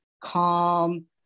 calm